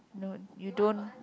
no you don't